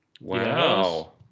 Wow